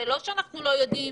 זה לא שאנחנו חדשים בזה.